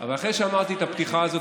אבל אחרי שאמרתי את הפתיחה הזאת,